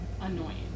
annoying